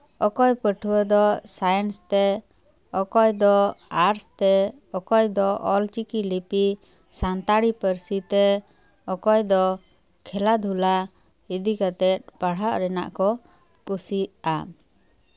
ᱚᱠᱚᱭ ᱯᱟᱹᱴᱷᱩᱣᱟᱹ ᱫᱚ ᱥᱟᱭᱮᱱᱥ ᱛᱮ ᱚᱠᱚᱭ ᱫᱚ ᱟᱨᱴᱥ ᱛᱮ ᱚᱠᱚᱭ ᱫᱚ ᱚᱞᱪᱤᱠᱤ ᱞᱤᱯᱤ ᱥᱟᱱᱛᱟᱲᱤ ᱯᱟᱹᱨᱥᱤ ᱛᱮ ᱚᱠᱚᱭ ᱫᱚ ᱠᱷᱮᱞᱟ ᱫᱷᱩᱞᱟ ᱤᱫᱤ ᱠᱟᱛᱮᱫ ᱯᱟᱲᱦᱟᱜ ᱨᱮᱱᱟᱜ ᱠᱚ ᱠᱩᱥᱤᱭᱟᱜᱼᱟ